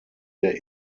der